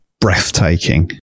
breathtaking